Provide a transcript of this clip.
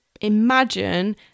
imagine